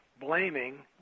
Blaming